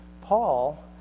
Paul